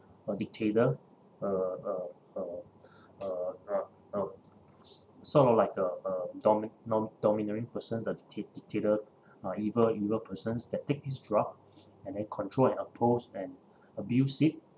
a dictator a a a a a a s~ sort of like a a domi~ dom~ domineering person the dictate dictator uh evil evil persons that take this drug and then control and oppose and abuse it